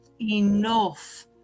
enough